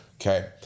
okay